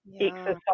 exercise